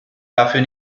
dafür